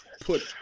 put